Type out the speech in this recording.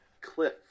Cliff